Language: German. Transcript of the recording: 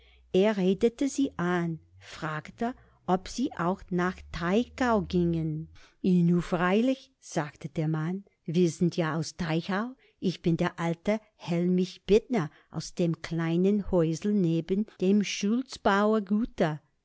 er redete sie an fragte ob sie auch nach teichau gingen i nu freilich sagte der mann wir sind ja aus teichau ich bin der alte hellmich bittner aus dem kleinen häusel neben dem